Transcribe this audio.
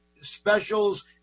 specials